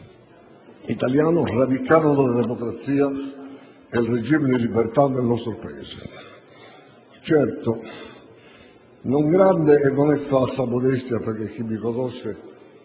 Italiano, radicarono la democrazia e il regime delle libertà nel nostro Paese. Certo - e non è falsa modestia, perché chi mi conosce